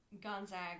Gonzaga